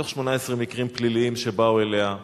מתוך 18 מקרים פליליים שבאו אליה,